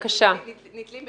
ראש הממשלה לנגיד,